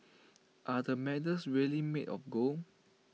are the medals really made of gold